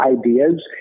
ideas